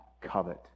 covet